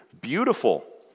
beautiful